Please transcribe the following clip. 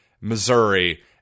Missouri